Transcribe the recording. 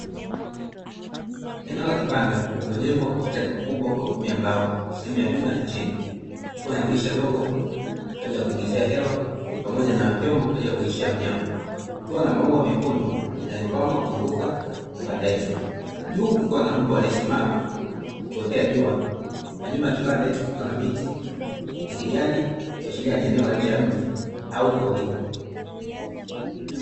Eneo la kibanda lililojengwa kwa ustadi mkubwa kwa kutumia mbao, sehemu ya juu na ya chini. Ikiwa na dirisha dogo kwa ajili ya kuingizia hewa pamoja na vyombo kwa ajili ya kulishia mnyama. Kukiwa na maua mekundu yaliyopambwa kuzunguka kibanda hicho. Juu kukiwa na mbwa aliyesimama akiotea jua, na nyuma ya kibanda hicho kukiwa na miti ya kijani ikiashiria ni eneo la nje ya mji au porini.